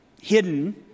hidden